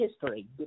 history